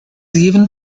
even